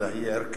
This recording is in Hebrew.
אלא היא ערכית.